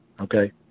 okay